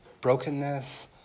brokenness